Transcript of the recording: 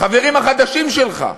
החברים החדשים שלך.